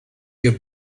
your